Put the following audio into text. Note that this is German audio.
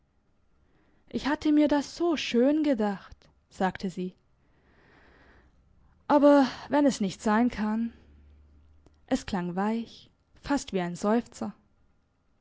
ich hatte mir das so schön gedacht sagte sie aber wenn es nicht sein kann es klang weich fast wie ein seufzer